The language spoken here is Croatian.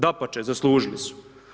Dapače, zaslužili su.